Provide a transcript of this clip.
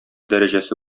дәрәҗәсе